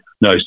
no